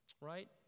Right